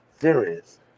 Serious